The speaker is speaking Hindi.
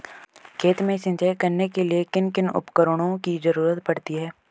खेत में सिंचाई करने के लिए किन किन उपकरणों की जरूरत पड़ती है?